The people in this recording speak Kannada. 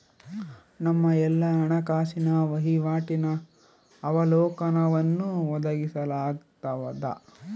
ನಮ್ಮ ಎಲ್ಲಾ ಹಣಕಾಸಿನ ವಹಿವಾಟಿನ ಅವಲೋಕನವನ್ನು ಒದಗಿಸಲಾಗ್ತದ